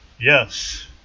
Yes